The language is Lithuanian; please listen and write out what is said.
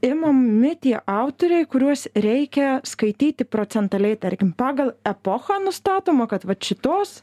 imami tie autoriai kuriuos reikia skaityti procentaliai tarkim pagal epochą nustatoma kad vat šitos